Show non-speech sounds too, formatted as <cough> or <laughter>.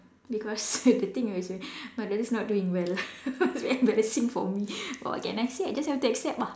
because <laughs> the thing is my my daughter is not doing well <laughs> very embarrassing for me what can I say I just have to accept ah